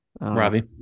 Robbie